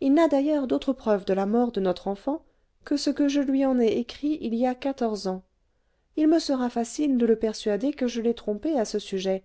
il n'a d'ailleurs d'autres preuves de la mort de notre enfant que ce que je lui en ai écrit il y a quatorze ans il me sera facile de le persuader que je l'ai trompé à ce sujet